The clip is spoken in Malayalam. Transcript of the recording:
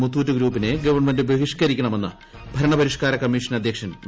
മുത്തൂറ്റ് ഗ്രൂപ്പിനെ ഗവൺമെന്റ് ബഹിഷ്ക്കരിക്കണമെന്ന് ഭരണപരിഷ്ക്കാര കമ്മീഷൻ അദ്ധ്യക്ഷൻ വി